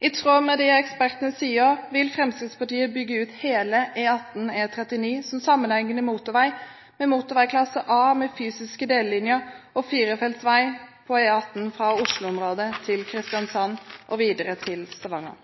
I tråd med det ekspertene sier, vil Fremskrittspartiet bygge ut hele E18/E39 som sammenhengende motorvei klasse A, med fysiske delelinjer og firefelts vei på E18 fra Oslo-området til Kristiansand og videre til Stavanger.